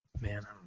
man